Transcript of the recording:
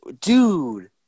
dude